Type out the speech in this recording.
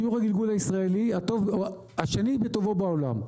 שיעור הגלגול הישראלי השני בטובו בעולם,